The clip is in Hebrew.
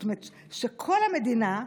כלומר שכל המדינה,